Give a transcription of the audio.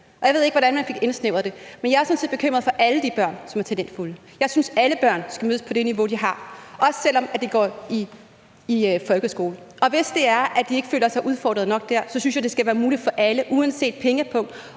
set bekymret for alle de børn, som er talentfulde. Jeg synes, alle børn skal mødes på det niveau, de har, også selv om de går i folkeskole, og hvis det er, at de ikke føler sig udfordret nok dér, synes jeg, det skal være muligt for alle, uanset pengepung,